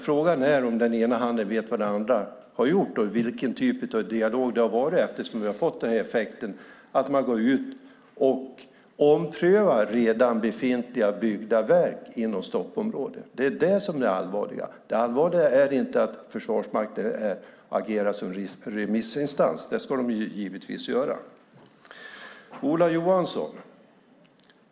Frågan är om den ena handen vet vad den andra har gjort och vilken typ av dialog det har varit eftersom vi har fått effekten att man går ut och omprövar redan befintliga, byggda verk inom stoppområden. Det är det som är det allvarliga. Det allvarliga är inte att Försvarsmakten agerar som remissinstans; det ska de givetvis göra. Ola Johansson!